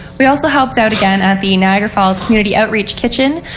we also helped out again at the niagra falls community outreach kitchen.